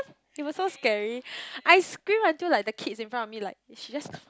it was so scary I screamed until like the kids in front of me like she just